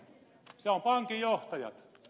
se on pankinjohtajat